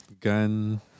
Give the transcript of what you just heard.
gun